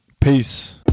Peace